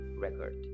record